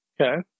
Okay